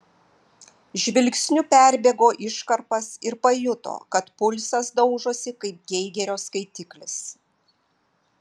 žvilgsniu perbėgo iškarpas ir pajuto kad pulsas daužosi kaip geigerio skaitiklis